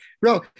Bro